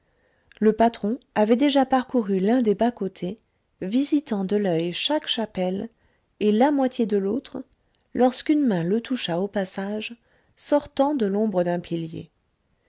le patron avait déjà parcouru l'un des bas-côtés visitant de l'oeil chaque chapelle et la moitié de l'autre lorsqu'une main le toucha au passage sortant de l'ombre d un pilier